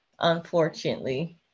unfortunately